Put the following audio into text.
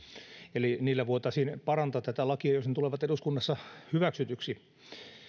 eli niillä voitaisiin parantaa tätä lakia jos ne tulevat eduskunnassa hyväksytyiksi